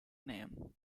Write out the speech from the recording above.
name